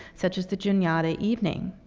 such as the juniata, evening.